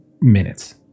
minutes